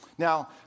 Now